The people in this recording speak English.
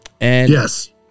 Yes